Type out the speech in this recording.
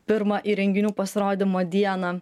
pirmą įrenginių pasirodymo dieną